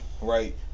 right